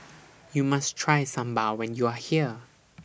YOU must Try Sambar when YOU Are here